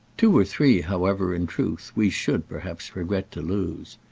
two or three, however, in truth, we should perhaps regret to lose.